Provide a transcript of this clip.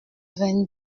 vingt